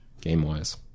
game-wise